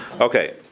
Okay